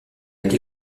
été